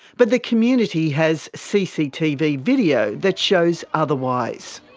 but the community has cctv video that shows otherwise.